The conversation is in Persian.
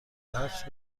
هفت